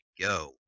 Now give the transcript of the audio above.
go